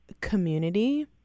community